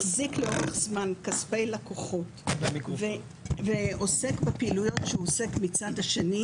מחזיק לאורך זמן כספי לקוחות ועוסק בפעילויות שהוא עוסק מהצד השני,